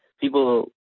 people